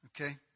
Okay